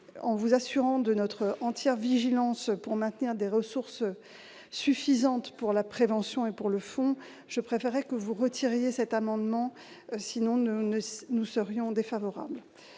en vous assurant de notre entière vigilance pour maintenir des ressources suffisantes et pour la prévention et pour le fonds, je préférerais que vous retiriez cet amendement ; à défaut, je